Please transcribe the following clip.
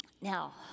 Now